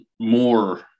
more